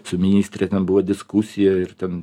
su ministre ten buvo diskusija ir ten